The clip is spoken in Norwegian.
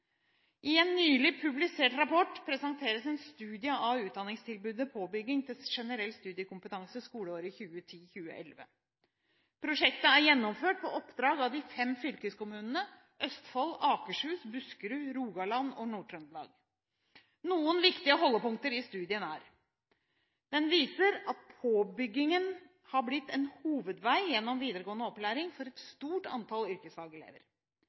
I en nylig publisert rapport presenteres en studie av utdanningstilbudet påbygging til generell studiekompetanse skoleåret 2010–2011. Prosjektet er gjennomført på oppdrag av de fem fylkeskommunene Østfold, Akershus, Buskerud, Rogaland og Nord-Trøndelag. Noen viktige hovedpunkter fra studien er: Den viser at påbyggingen har blitt en hovedvei gjennom videregående opplæring for et stort antall yrkesfagelever.